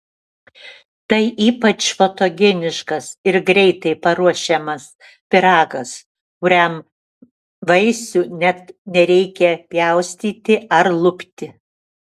tai ypač fotogeniškas ir greitai paruošiamas pyragas kuriam vaisių net nereikia pjaustyti ar lupti